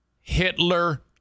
Hitler